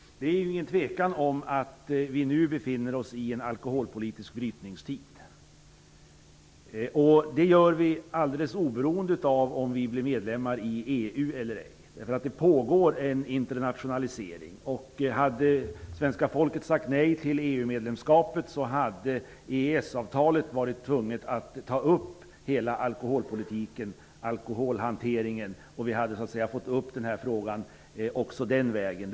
Det är ingen tvekan om att vi befinner oss i en alkoholpolitisk brytningstid. Det gör vi alldeles oberoende av om vi blir medlemmar i EU eller inte. Det pågår en internationalisering. Om svenska folket hade sagt nej till EU-medlemskapet hade det varit nödvändigt att i EES-avtalet ta upp hela alkoholpolitiken, och frågan hade kommit upp den vägen.